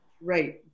Right